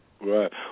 Right